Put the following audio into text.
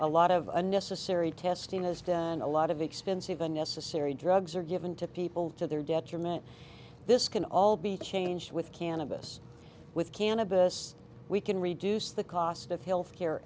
a lot of unnecessary testiness and a lot of expensive unnecessary drugs are given to people to their detriment this can all be changed with cannabis with cannabis we can reduce the cost of health care